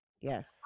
Yes